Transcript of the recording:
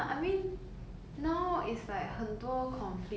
U_S china 有一点不合